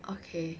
okay